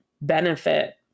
benefit